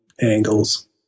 angles